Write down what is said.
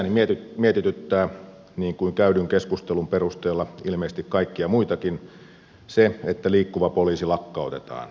itseäni mietityttää niin kuin käydyn keskustelun perusteella ilmeisesti kaikkia muitakin se että liikkuva poliisi lakkautetaan